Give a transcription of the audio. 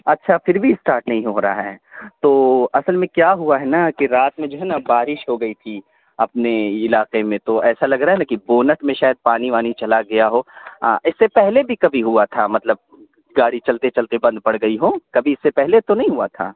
اچھا پھر بھی اسٹارٹ نہیں ہو رہا ہے تو اصل میں کیا ہوا ہے نا کہ رات میں جو ہے نا بارش ہو گئی تھی اپنے علاقے میں تو ایسا لگ رہا ہے کہ بونٹ میں شاید پانی وانی چلا گیا ہو اس سے پہلے بھی کبھی ہوا تھا مطلب گاڑی چلتے چلتے بند پڑ گئی ہوں کبھی اس سے پہلے تو نہیں ہوا تھا